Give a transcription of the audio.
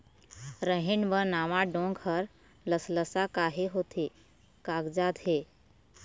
रहेड़ म नावा डोंक हर लसलसा काहे होथे कागजात हे?